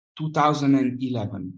2011